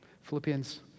Philippians